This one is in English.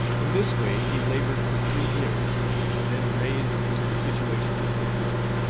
in this way he laboured for three years, and was then raised to the situation of a clerk.